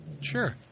Sure